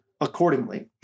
accordingly